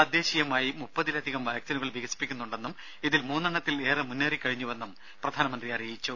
തദ്ദേശീയമായി മുപ്പതിലധികം വാക്സിനുകൾ വികസിപ്പിക്കുന്നുണ്ടെന്നും ഇതിൽ മൂന്നെണ്ണത്തിൽ ഏറെ മുന്നേറി കഴിഞ്ഞുവെന്നും പ്രധാനമന്ത്രി അറിയിച്ചു